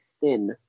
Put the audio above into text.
thin